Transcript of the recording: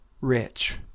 rich